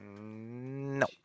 no